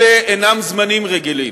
אלה אינם זמנים רגילים.